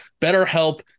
BetterHelp